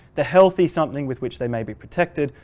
the healthy something with which they may be protected,